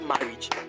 marriage